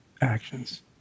actions